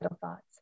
thoughts